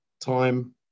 time